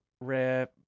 rare